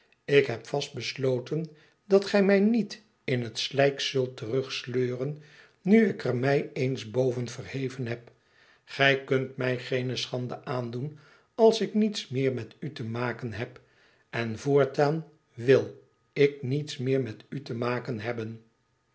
ik hebvast besloten dat gij mij niet in het slijk zult ter ugsleuren nu ik er mij ééns boven verheven heb gij kunt mij geene schande aandoen als ik niets meer met u te maken heb en voortaan w il ik niets meer met u te maken hebben